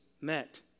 met